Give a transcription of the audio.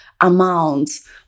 amounts